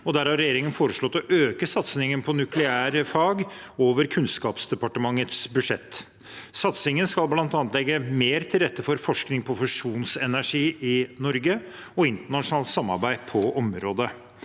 der har regjeringen foreslått å øke satsingen på nukleære fag over Kunnskapsdepartementets budsjett. Satsingen skal bl.a. legge mer til rette for forskning på fusjonsenergi i Norge og internasjonalt samarbeid på området.